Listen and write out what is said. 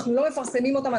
אנחנו לא מפרסמים אותם,